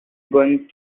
going